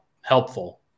helpful